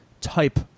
type